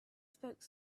spoke